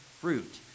fruit